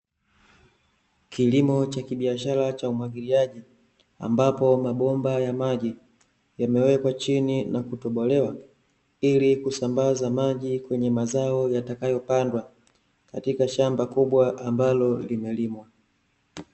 Kilimo cha kibiashara cha umwagiliaji ambapo mabomba ya maji yamewekwa chini na kutobolewa ili kusambaza maji kwenye mazao yatakayopandwa katika shamba kubwa ambalo limelimwa.